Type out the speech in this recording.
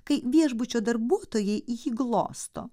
kai viešbučio darbuotojai jį glosto